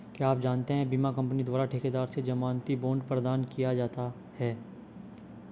क्या आप जानते है बीमा कंपनी द्वारा ठेकेदार से ज़मानती बॉण्ड प्रदान किया जाता है?